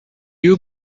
you